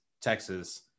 Texas